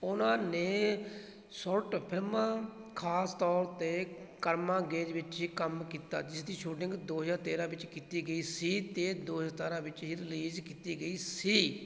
ਉਨ੍ਹਾਂ ਨੇ ਸੋਟ ਫਿਲਮਾਂ ਖਾਸ ਤੌਰ 'ਤੇ ਕਰਮਾ ਗੇਜ ਵਿੱਚ ਹੀ ਕੰਮ ਕੀਤਾ ਜਿਸ ਦੀ ਸ਼ੂਟਿੰਗ ਦੋ ਹਜ਼ਾਰ ਤੇਰ੍ਹਾਂ ਵਿੱਚ ਕੀਤੀ ਗਈ ਸੀ ਅਤੇ ਦੋ ਹਜ਼ਾਰ ਸਤਾਰ੍ਹਾਂ ਵਿੱਚ ਇਹ ਰਿਲੀਜ਼ ਕੀਤੀ ਗਈ ਸੀ